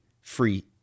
free